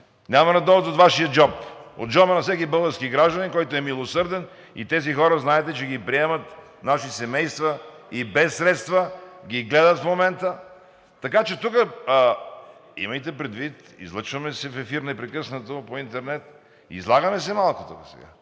Няма да дойдат от Вашия джоб, от джоба на всеки български гражданин, който е милосърден. И тези хора знаете, че ги приемат наши семейства, и без средства ги гледат в момента. Така че тук... Имайте предвид, излъчваме се в ефир непрекъснато по интернет, излагаме се малко тук сега.